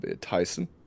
Tyson